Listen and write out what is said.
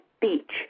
beach